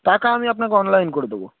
টাকা আমি আপনাকে অনলাইন করে দোবো